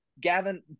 Gavin